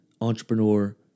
entrepreneur